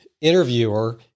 interviewer